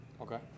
Okay